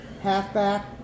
Halfback